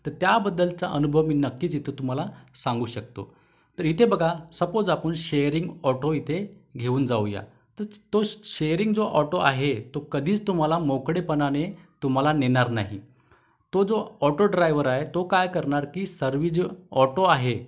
तर त्याबद्दलचा अनुभव मी नक्कीच इथं तुम्हाला सांगू शकतो तर इथे बघा सपोज आपण शेअरिंग ऑटो इथे घेऊन जाऊया तच् तो शेअरिंग जो ऑटो आहे तो कधीच तुम्हाला मोकळेपणाने तुम्हाला नेणार नाही तो जो ऑटो ड्रायवर आहे तो काय करणार की सर्व जो ऑटो आहे